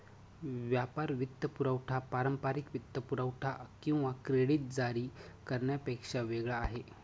व्यापार वित्तपुरवठा पारंपारिक वित्तपुरवठा किंवा क्रेडिट जारी करण्यापेक्षा वेगळा आहे